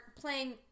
playing